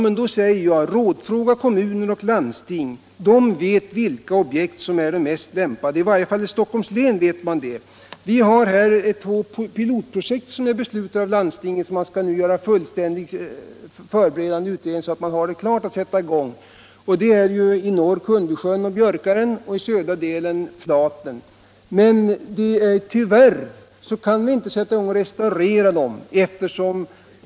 Men då säger jag: Rådfråga kommuner och landsting; de vet vilka objekt som är de mest lämpade! I varje fall i Stockholms län vet man det. Vi har här två pilotprojekt som är beslutade av landstinget. Man skall nu göra en fullständig förberedande utredning så att man är klar att sätta i gång. Det gäller i norra delen av länet Kundbysjön och Björkaren och i södra delen Flaten. Men tyvärr kan vi inte sätta i gång med att restaurera dessa sjöar.